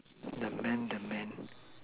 the man the man